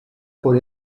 por